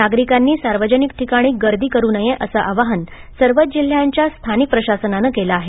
नागरिकांनी सार्वजनिक ठिकाणी गर्दी करू नये अस आवाहन सर्वच जिल्ह्यांच्या स्थानिक प्रशासनानं केलं आहे